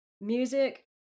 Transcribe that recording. Music